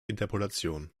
interpolation